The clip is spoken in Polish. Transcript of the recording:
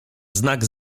znak